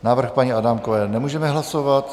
Návrh paní Adámkové nemůžeme hlasovat.